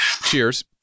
Cheers